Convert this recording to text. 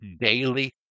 daily